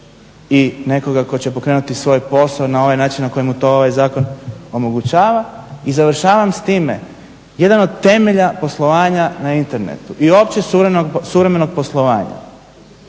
i nekoga tko će pokrenuti svoj posao i na ovaj način na koji mu to ovaj zakon omogućava. I završavam s time, jedan od temelja poslovanja na internetu i općeg suvremenog poslovanja